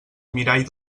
mirall